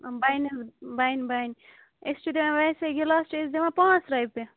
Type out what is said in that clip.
بنہِ حظ بنہِ بنہِ أسۍ چھِ دِوان ویسے گِلاس چھِ أسۍ دِوان پانژھ رۄپیہِ